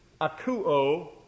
akuo